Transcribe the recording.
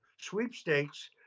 sweepstakes